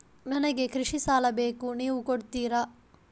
ನನಗೆ ಕೃಷಿ ಸಾಲ ಬೇಕು ನೀವು ಕೊಡ್ತೀರಾ?